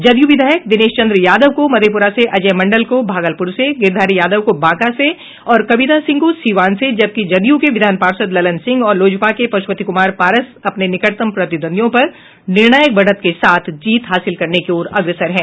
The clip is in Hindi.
जदयू विधायक दिनेश चंद्र यादव को मधेपुरा से अजय मंडल को भागलपुर से गिरिधारी यादव को बांका से और कविता सिंह को सीवान से जबकि जदयू के विधान पार्षद ललन सिंह और लोजपा के पशुपति कुमार पारस अपने निकटतम प्रतिद्वंद्वियों पर निर्णायक बढ़त के साथ जीत हासिल करने की ओर अग्रसर हैं